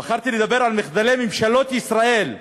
בחרתי לדבר על מחדלי ממשלות ישראל בנושא,